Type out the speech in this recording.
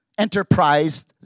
enterprise